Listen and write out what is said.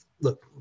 Look